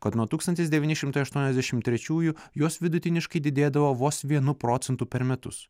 kad nuo tūkstantis devyni šimtai aštuoniasdešimt trečiųjų jos vidutiniškai didėdavo vos vienu procentu per metus